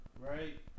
right